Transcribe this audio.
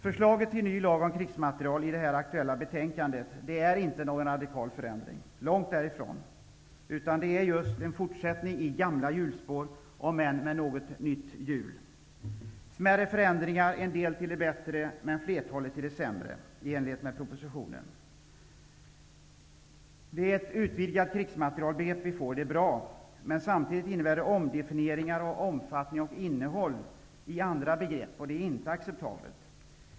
Förslaget till ny lag om krigsmateriel i det här aktuella betänkandet innebär inte någon radikal förändring -- långt därifrån! I stället handlar det om att just fortsätta i gamla hjulspår, om än med något nytt hjul. Smärre förändringar kan noteras -- en del till det bättre men flertalet till det sämre, i enlighet med propositionen. Vi får ett utvidgat krigsmaterielbegrepp, och det är bra. Men samtidigt innebär detta omdefinieringar av omfattning och innehåll i fråga om andra begrepp, och det är inte acceptabelt.